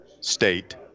state